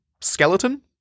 skeleton